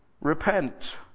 Repent